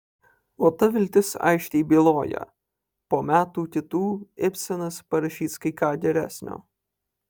o ta viltis aiškiai byloja po metų kitų ibsenas parašys kai ką geresnio